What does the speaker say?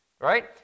right